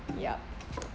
yup